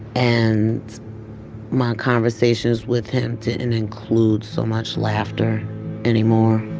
and my conversations with him didn't and include so much laughter anymore